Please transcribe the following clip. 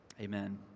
Amen